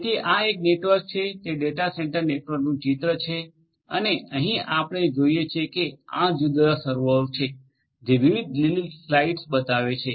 તેથી આ એક નેટવર્ક છે તે ડેટા સેન્ટર નેટવર્કનું ચિત્ર છે અને અહીં આપણે જોઈએ છીએ કે આ જુદા જુદા સર્વરો છે જે વિવિધ લીલી લાઇટ્સ બતાવે છે